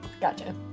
gotcha